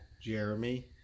Jeremy